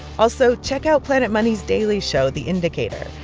also, check out planet money's daily show, the indicator.